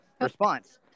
response